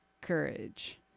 courage